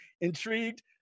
Intrigued